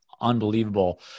unbelievable